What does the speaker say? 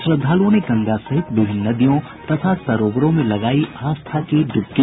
श्रद्धालूओं ने गंगा सहित विभिन्न नदियों तथा सरोवरों में लगायी आस्था की ड्बकी